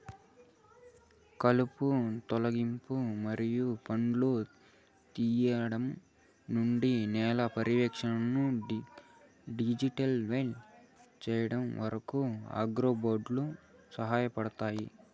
కలుపు తొలగింపు మరియు పండ్లను తీయడం నుండి నేల పర్యవేక్షణను డిజిటలైజ్ చేయడం వరకు, అగ్రిబోట్లు సహాయపడతాయి